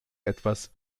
etwas